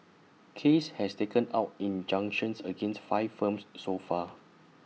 case has taken out injunctions against five firms so far